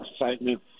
excitement